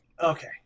Okay